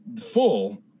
full